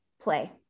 play